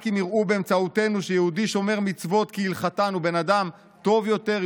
רק אם יראו באמצעותנו שיהודי שומר מצוות כהלכתן הוא בן אדם טוב יותר,